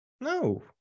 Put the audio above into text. No